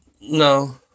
No